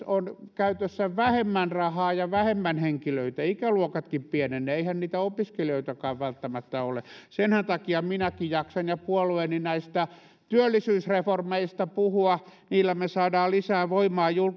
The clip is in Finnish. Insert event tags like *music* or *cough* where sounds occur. *unintelligible* on käytössä vähemmän rahaa ja vähemmän henkilöitä ikäluokatkin pienenevät eihän niitä opiskelijoitakaan välttämättä ole senhän takia minäkin jaksan ja puolueeni jaksaa näistä työllisyysreformeista puhua niillä me saamme lisää voimaa